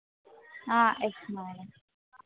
yes madam